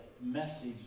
message